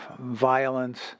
violence